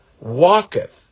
walketh